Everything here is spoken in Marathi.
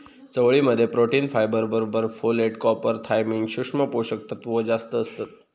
चवळी मध्ये प्रोटीन, फायबर बरोबर फोलेट, कॉपर, थायमिन, सुक्ष्म पोषक तत्त्व जास्तं असतत